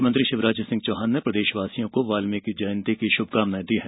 मुख्यमंत्री शिवराज सिंह चौहान ने प्रदेशवासियों को वाल्मीकी जयंती की शुभकामनाएँ दी हैं